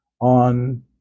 on